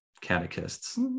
catechists